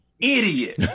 idiot